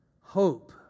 Hope